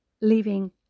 leaving